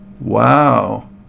Wow